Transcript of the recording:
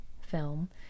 film